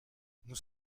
nous